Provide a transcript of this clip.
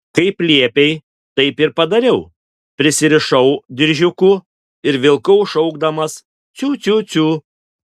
kaip liepei taip ir padariau prisirišau diržiuku ir vilkau šaukdamas ciu ciu ciu